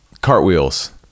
cartwheels